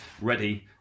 ready